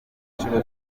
nshuro